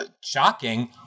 shocking